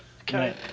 Okay